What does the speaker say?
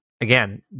Again